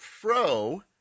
pro